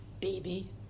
Baby